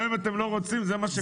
גם אם אתם לא רוצים, זה מה שקורה.